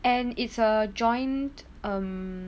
and it's a joint um